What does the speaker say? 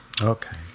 Okay